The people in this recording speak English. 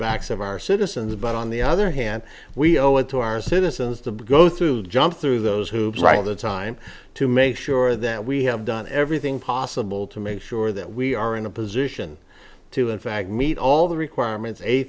backs of our citizens but on the other hand we owe it to our citizens to go through jump through those hoops right at the time to make sure that we have done everything possible to make sure that we are in a position to in fact meet all the requirements a